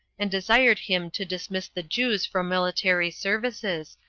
and desired him to dismiss the jews from military services,